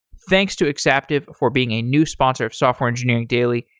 thanks to exaptive for being a new sponsor of software engineering daily.